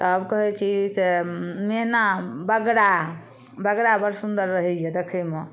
तब कहै छी से मैना बगरा बगरा बड़ सुन्दर रहैए देखैमे